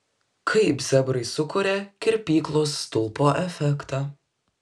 kaip zebrai sukuria kirpyklos stulpo efektą